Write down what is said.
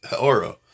Aura